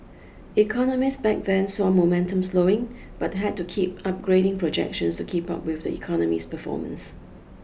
economists back then saw momentum slowing but had to keep upgrading projections to keep up with the economy's performance